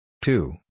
Two